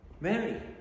Mary